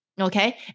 okay